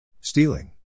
Stealing